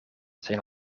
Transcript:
zijn